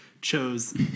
chose